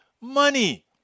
money